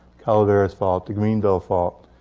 calaveras fault, the greenville fault,